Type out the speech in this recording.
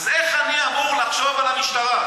אז איך אני אמור לחשוב על המשטרה?